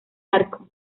arco